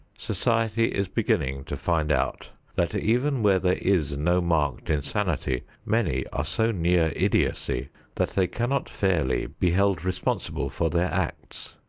society is beginning to find out that even where there is no marked insanity, many are so near idiocy that they cannot fairly be held responsible for their acts.